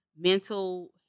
mental